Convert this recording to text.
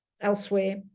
elsewhere